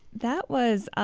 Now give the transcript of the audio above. that was